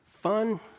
fun